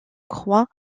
croix